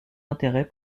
intérêt